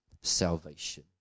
salvation